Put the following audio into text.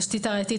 התשתית הראייתית,